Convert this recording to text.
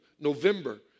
November